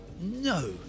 no